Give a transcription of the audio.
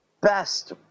best